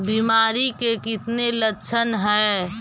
बीमारी के कितने लक्षण हैं?